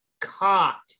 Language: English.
caught